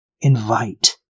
invite